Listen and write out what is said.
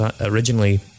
originally